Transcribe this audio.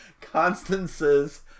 Constance's